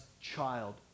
child